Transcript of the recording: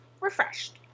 refreshed